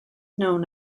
known